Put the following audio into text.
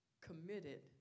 committed